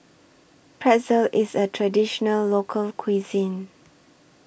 Pretzel IS A Traditional Local Cuisine